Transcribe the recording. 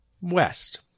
west